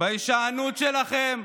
בהישענות שלכם,